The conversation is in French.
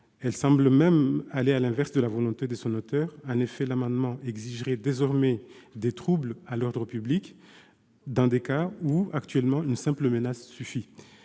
Elle semble même aller à l'inverse de la volonté de son auteur. En effet, l'amendement vise des troubles à l'ordre public dans des cas où, actuellement, une simple menace suffit.